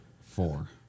four